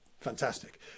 fantastic